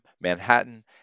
Manhattan